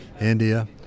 India